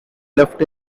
left